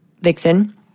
Vixen